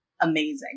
amazing